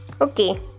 Okay